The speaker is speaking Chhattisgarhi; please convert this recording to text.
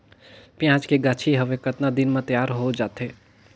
पियाज के गाछी हवे कतना दिन म तैयार हों जा थे?